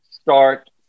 start